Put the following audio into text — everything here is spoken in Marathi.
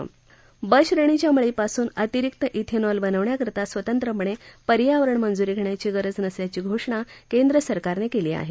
ब श्रेणीच्या मळीपासून अतिरिक्त श्रेनॉल बनवण्याकरता स्वतंत्रपणे पर्यावरण मंजुरी घेण्याची गरज नसल्याची घोषणा केंद्र सरकारनं केली आहे